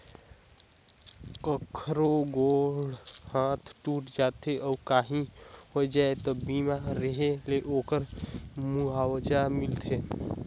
कखरो गोड़ हाथ टूट जाथे अउ काही होय जाथे त बीमा रेहे ले ओखर मुआवजा मिलथे